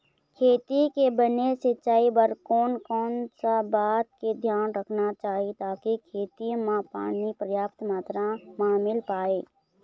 खेती के बने सिचाई बर कोन कौन सा बात के धियान रखना चाही ताकि खेती मा पानी पर्याप्त मात्रा मा मिल पाए?